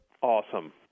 Awesome